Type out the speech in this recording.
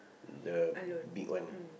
the big one